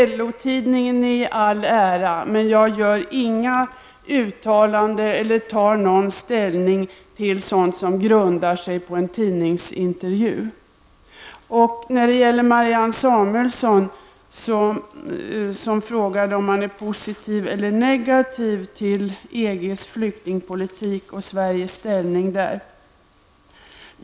LO-tidningen i all ära, men jag gör inga uttalanden eller tar någon ställning till sådant som grundar sig på en tidningsintervju. Marianne Samuelsson frågade om jag är positiv eller negativ till EGs flyktingpolitik och Sveriges ställning där.